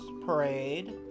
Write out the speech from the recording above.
Parade